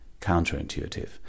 counterintuitive